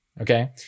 Okay